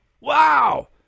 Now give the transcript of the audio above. Wow